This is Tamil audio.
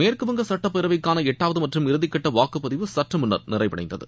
மேற்கு வங்க சட்டப்பேரவைக்கான எட்டாவது மற்றும் இறுதி கட்ட வாக்குப்பதிவு சற்றுமுன்னர் நிறைவடைந்தது